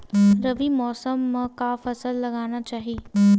रबी मौसम म का फसल लगाना चहिए?